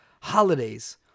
holidays